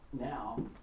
now